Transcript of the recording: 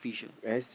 where as